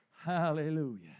Hallelujah